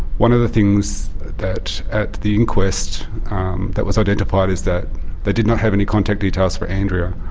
one of the things that at the inquest that was identified is that they did not have any contact details for andrea.